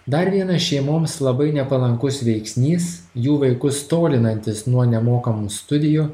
dar vienas šeimoms labai nepalankus veiksnys jų vaikus tolinantis nuo nemokamų studijų